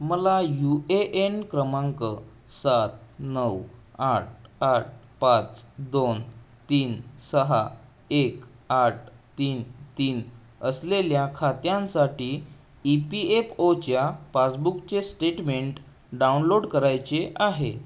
मला U A N क्रमांक सात नऊ आठ आठ पाच दोन तीन सहा एक आठ तीन तीन असलेल्या खात्यांसाठी ई पी एफ ओ च्या पासबुकचे स्टेटमेंट डाउनलोड करायचे आहे